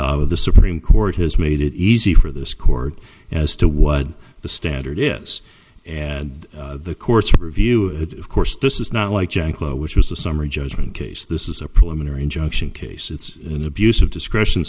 fortunately the supreme court has made it easy for this court as to what the standard is and the courts review it of course this is not like janklow which was a summary judgment case this is a preliminary injunction case it's an abuse of discretion